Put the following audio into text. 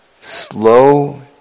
slow